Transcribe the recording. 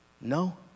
No